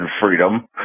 freedom